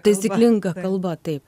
taisyklinga kalba taip